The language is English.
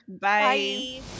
Bye